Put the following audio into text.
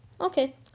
Okay